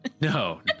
no